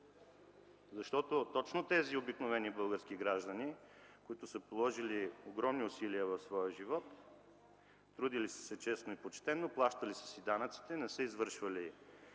Точно тези обикновени български граждани, които са положили огромни усилия в своя живот, трудили са се честно и почтено, плащали са си данъците, не са се